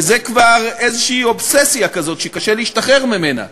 וזו כבר איזושהי אובססיה כזאת, שקשה להשתחרר ממנה,